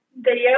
video